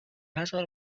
نزار